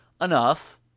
enough